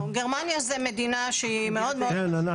גרמניה זו מדינה שיא מאוד מאוד --- כן,